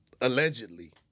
allegedly